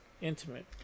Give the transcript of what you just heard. intimate